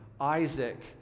Isaac